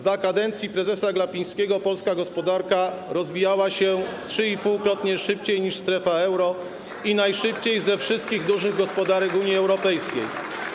Za kadencji prezesa Glapińskiego polska gospodarka rozwijała się trzyipółkrotnie szybciej niż strefa euro i najszybciej ze wszystkich dużych gospodarek Unii Europejskiej.